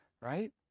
right